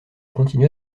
continua